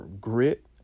grit